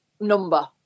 number